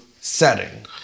setting